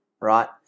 right